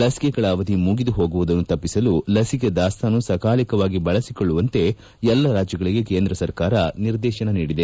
ಲಸಿಕೆಗಳ ಅವಧಿ ಮುಗಿದು ಹೋಗುವುದನ್ನು ತಪ್ಪಿಸಲು ಲಸಿಕೆ ದಾಸ್ತಾನು ಸಕಾಲಿಕವಾಗಿ ಬಳಸಿಕೊಳ್ಳುವಂತೆ ಎಲ್ಲ ರಾಜ್ಗಳಿಗೆ ಕೇಂದ್ರ ಸರ್ಕಾರ ನಿರ್ದೇಶನ ನೀಡಿದೆ